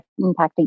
impacting